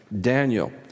Daniel